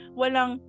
walang